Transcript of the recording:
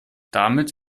damit